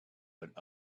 but